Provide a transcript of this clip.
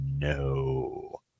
No